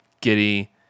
Giddy